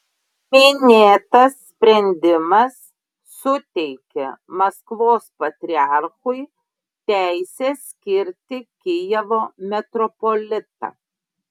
minėtas sprendimas suteikė maskvos patriarchui teisę skirti kijevo metropolitą